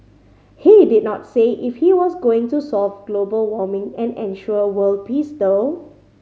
he did not say if he was going to solve global warming and ensure world peace though